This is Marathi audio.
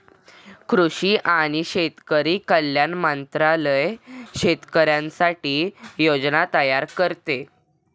कृषी आणि शेतकरी कल्याण मंत्रालय शेतकऱ्यांसाठी योजना तयार करते